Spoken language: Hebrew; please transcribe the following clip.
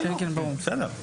בסדר.